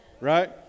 Right